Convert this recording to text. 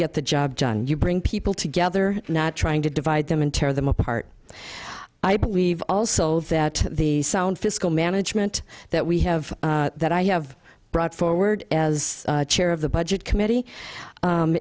get the job done you bring people together not trying to divide them and tear them apart i believe also that the sound fiscal management that we have that i have brought forward as chair of the budget committee